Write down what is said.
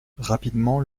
rapidement